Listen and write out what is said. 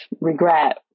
regret